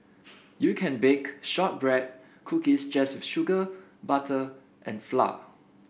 you can bake shortbread cookies just with sugar butter and flour